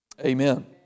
Amen